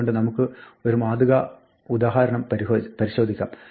അതുകൊണ്ട് നമുക്ക് ഒരു മാതൃകാ ഉദാഹരണം പരിശോധിക്കാം